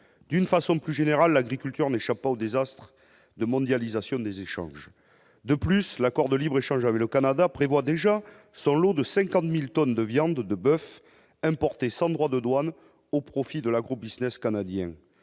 d'une façon plus générale, l'agriculture n'échappe pas au désastre de mondialisation des échanges, de plus, l'accord de libre-échange avec le Canada prévoit déjà son lot de 50000 tonnes de viande de boeuf importé sans droits de douanes au profit de la Coupe du